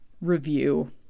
review